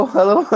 Hello